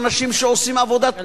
יש שם אנשים שעושים עבודת קודש,